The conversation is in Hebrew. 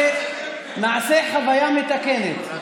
נעשה חוויה מתקנת.